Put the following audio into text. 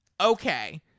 okay